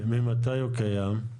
ממתי הוא קיים?